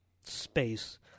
space